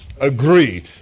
agree